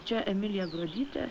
čia emilija gruodytė